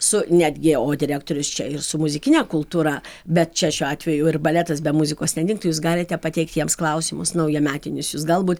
su netgi o direktorius čia ir su muzikine kultūra bet čia šiuo atveju ir baletas be muzikos nedingtų jūs galite pateikti jiems klausimus naujametinius jūs galbūt